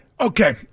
okay